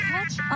Catch